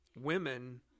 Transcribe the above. women